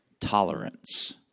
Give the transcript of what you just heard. Tolerance